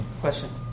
Questions